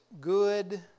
good